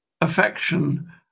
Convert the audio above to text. affection